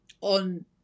on